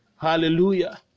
Hallelujah